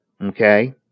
Okay